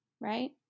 right